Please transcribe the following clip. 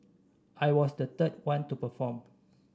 I was the third one to perform